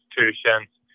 institutions